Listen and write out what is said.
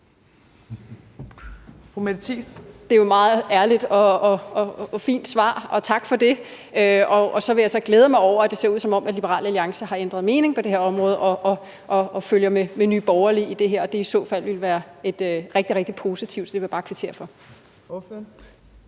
Det var jo et meget ærligt og fint svar – og tak for det. Og jeg vil så glæde mig over, at det ser ud, som om at Liberal Alliance har ændret mening på det her område og følger med Nye Borgerlige i det her. I så fald vil det være rigtig, rigtig positivt. Og det vil jeg bare kvittere for.